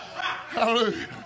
Hallelujah